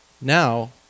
now